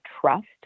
trust